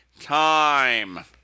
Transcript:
time